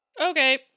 Okay